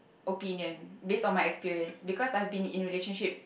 opinion based on my experience because I've been in a relationship